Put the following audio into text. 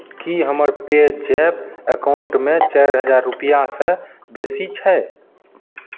की हमर पेजैप अकाउंटमे चारि हजार रुपैआसँ बेसी छै